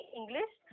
English